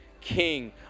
king